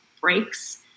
breaks